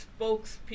spokespeople